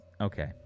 okay